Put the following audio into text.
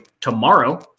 tomorrow